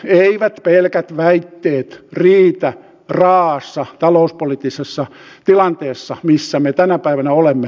eivät pelkät väitteet riitä raaassa talouspoliittisessa tilanteessa missä me tänä päivänä olemme